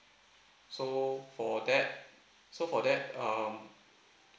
so for that so for that um